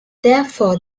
therefore